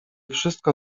wszystko